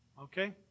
Okay